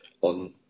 on